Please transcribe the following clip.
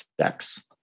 sex